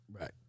right